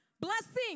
blessing